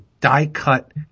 die-cut